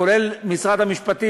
כולל משרד המשפטים,